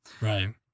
Right